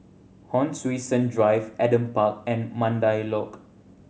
Hon Sui Sen Drive Adam Park and Mandai Lodge